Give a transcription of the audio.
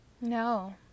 No